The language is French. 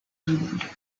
double